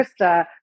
Krista